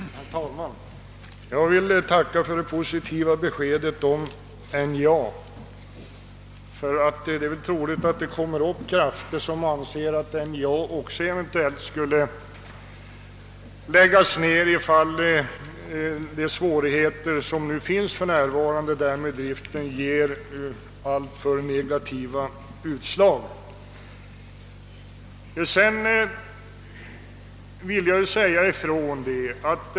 Herr talman! Jag vill tacka för det positiva beskedet om NJA, ty det är troligt att vissa krafter kommer att anse att även NJA eventuellt borde läggas ned om de nuvarande driftsvårigheterna blir alltför stora.